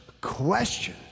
question